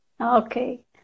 Okay